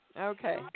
Okay